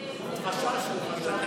חששנו מפיצול ביש